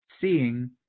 seeing